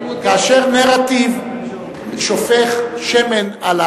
כאשר נרטיב שופך שמן,